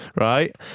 right